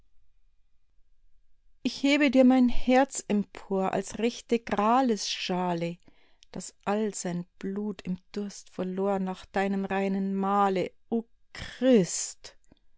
ich hebe dir mein herz empor als rechte gralesschale das all sein blut im durst verlor nach deinem reinen mahle o christ